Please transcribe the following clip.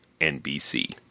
NBC